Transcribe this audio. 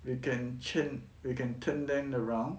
you can change you can turn them around